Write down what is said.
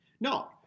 No